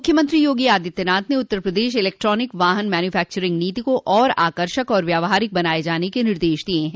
मुख्यमंत्री योगी आदित्यनाथ ने उत्तर प्रदेश इलेक्ट्रानिक वाहन मैन्यूफैक्चरिंग नीति को और आकर्षक एवं व्यवहारिक बनाये जाने के निर्देश दिये हैं